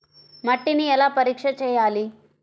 మట్టిని ఎలా పరీక్ష చేయాలి?